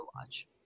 watch